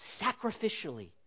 sacrificially